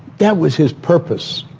that was his purpose